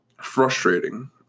frustrating